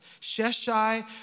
Sheshai